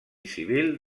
civil